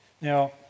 Now